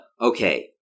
okay